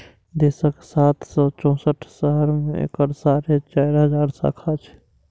देशक सात सय चौंसठ शहर मे एकर साढ़े चारि हजार शाखा छै